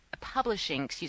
publishing